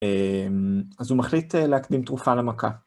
אז הוא מחליט להקדים תרופה למכה.